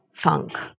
Funk